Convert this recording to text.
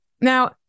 now